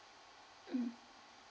mm